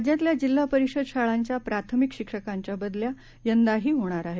राज्यातल्या जिल्हा परिषद शाळांच्या प्राथमिक शिक्षकांच्या बदल्या यंदाही होणार आहेत